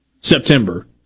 September